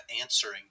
answering